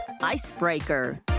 Icebreaker